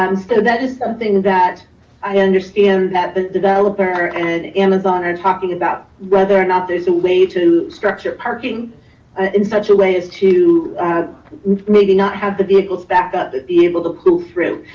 um so that is something i understand that the developer and amazon are talking about whether or not there's a way to structure parking in such a way as to maybe not have the vehicles back up, but be able to pull through.